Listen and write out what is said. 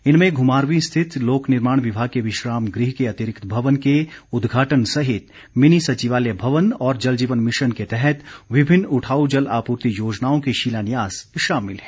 इनमें घुमारवीं स्थित लोक निर्माण विभाग के विश्राम गृह के अतिरिक्त भवन के उद्घाटन सहित मिनी सचिवालय भवन और जल जीवन मिशन के तहत विभिन्न उठाऊ जल आपूर्ति योजनाओं के शिलान्यास शामिल हैं